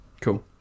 Cool